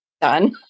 done